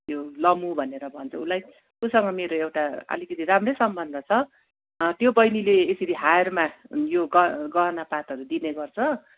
त्यो लमु भनेर भन्छ उसलाई उसँग मेरो एउटा अलिकिति राम्रै सम्बन्ध छ त्यो बहिनीले यसरी हायरमा यो ग गहनापातहरू दिने गर्छ